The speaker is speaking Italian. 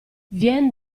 vien